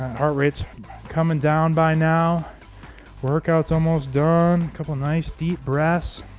heart rates coming down by now workouts almost done couple nice deep breaths